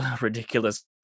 ridiculous